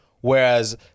whereas